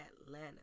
atlanta